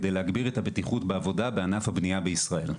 כדי להגביר את הבטיחות בעבודה בענף הבנייה בישראל.